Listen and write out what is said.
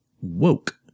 woke